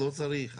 לא צריך.